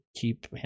keep